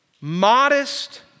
modest